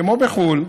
כמו בחו"ל,